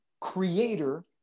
creator